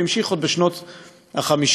והמשיך עוד בשנות ה-50,